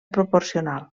proporcional